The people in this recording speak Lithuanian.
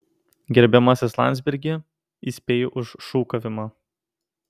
gerbiamasis landsbergi įspėju už šūkavimą